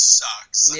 sucks